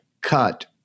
cut